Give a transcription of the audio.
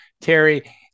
Terry